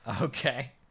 Okay